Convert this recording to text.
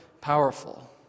powerful